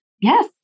Yes